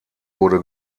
wurde